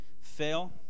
fail